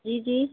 जी जी